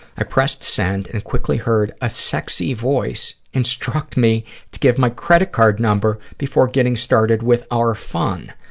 i pressed send and quickly heard a sexy voice instruct me to give my credit card number before getting started with our fun.